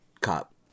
cop